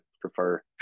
prefer